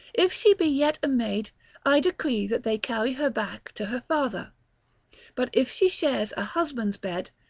if she be yet a maid i decree that they carry her back to her father but if she shares a husband's bed,